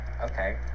okay